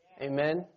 Amen